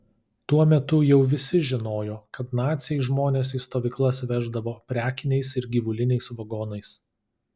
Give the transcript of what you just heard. tuo metu jau visi žinojo kad naciai žmones į stovyklas veždavo prekiniais ir gyvuliniais vagonais